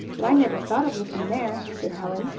that i never thought of looking there, said helen.